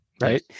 Right